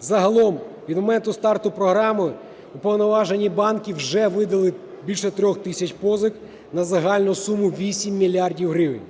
Загалом від моменту старту програми уповноважені банки вже видали більше 3 тисяч позик на загальну суму 8 мільярдів